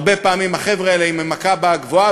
הרבה פעמים החבר'ה האלה הם עם הקב"א הגבוהה,